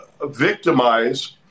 victimize